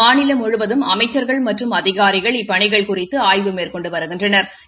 மாநிலம் முழுவதும் அமைச்சள்கள் மற்றும் அதிகாரிகள் இப்பணிகள் குறித்து ஆய்வு மேற்கொண்டு வருகின்றனா்